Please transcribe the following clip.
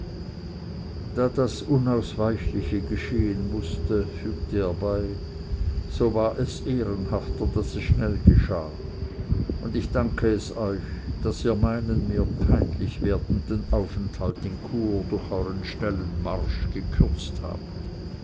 da das unausweichliche geschehen mußte fügte er bei so war es ehrenhafter daß es schnell geschah und ich danke es euch daß ihr meinen mir peinlich werdenden aufenthalt in chur durch euern schnellen marsch gekürzt habt